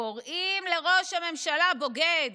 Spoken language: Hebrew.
קוראים לראש הממשלה בוגד.